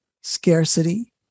scarcity